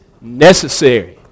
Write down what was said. necessary